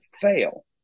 fail